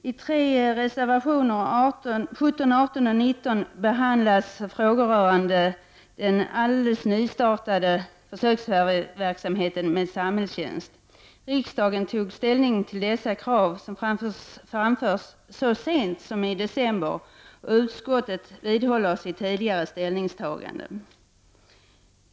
I tre reservationer, 17, 18 och 19, behandlas frågor rörande den alldeles nystartade försöksverksamheten med samhällstjänst. Riksdagen tog ställning till sådana krav som framförs i reservationerna så sent som i december. Utskottet vidhåller sitt tidigare ställningstagande.